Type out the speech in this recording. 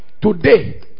Today